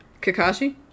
Kakashi